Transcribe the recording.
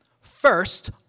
First